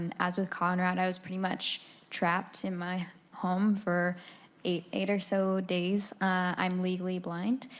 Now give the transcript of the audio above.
and as with conrad, i was pretty much trapped in my home for eight eight or so days. i am legally blind.